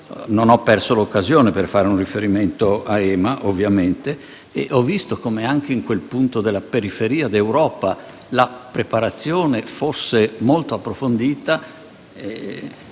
Non ho perso l'occasione per fare un riferimento a EMA, ovviamente, e ho visto come anche in quel punto della periferia d'Europa la preparazione fosse molto approfondita.